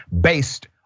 based